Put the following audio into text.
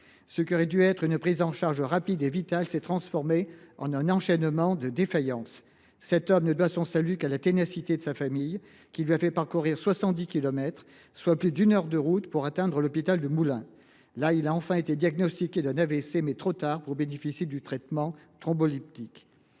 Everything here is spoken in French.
vitale, aurait dû être rapide, ce patient s’est heurté à un enchaînement de défaillances. Il ne doit son salut qu’à la ténacité de sa famille, qui lui a fait parcourir 70 kilomètres, soit plus d’une heure de route, pour atteindre l’hôpital de Moulins. Là, il a enfin été diagnostiqué d’un AVC, mais trop tard pour bénéficier d’un traitement thrombolytique.